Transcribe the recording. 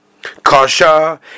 Kasha